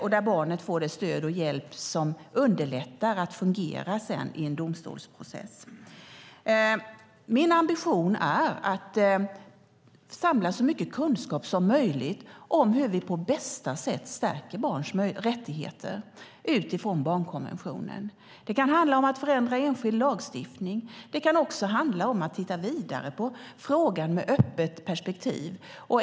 Barnet kan få det stöd och den hjälp som underlättar för att det sedan ska fungera i en domstolsprocess. Min ambition är att samla så mycket kunskap som möjligt om hur vi på bästa sätt stärker barns rättigheter utifrån barnkonventionen. Det kan handla om att förändra enskild lagstiftning. Det kan också handla om att titta vidare på frågan med öppet perspektiv.